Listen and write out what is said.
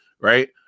right